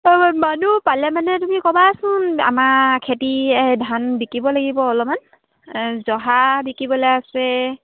অঁ মানুহ পালে মানে তুমি ক'বাচোন আমাৰ খেতি ধান বিকিব লাগিব অলপমান জহা বিকিবলৈ আছে